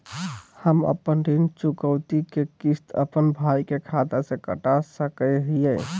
हम अपन ऋण चुकौती के किस्त, अपन भाई के खाता से कटा सकई हियई?